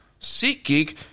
SeatGeek